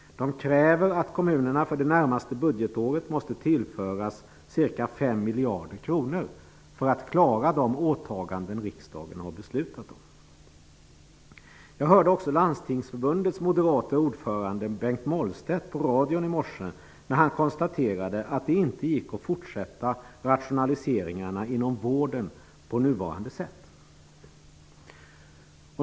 Man kräver att kommunerna för det närmaste budgetåret måste tillföras ca 5 miljarder kronor för att klara de åtaganden som riksdagen har beslutat om. Jag hörde också Mollstedt på radion i morse när han konstaterade att det inte gick att fortsätta rationaliseringarna inom vården på nuvarande sätt.